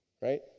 right